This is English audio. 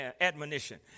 admonition